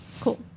cool